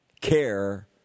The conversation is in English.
care